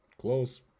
Close